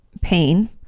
pain